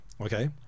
Okay